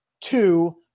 Two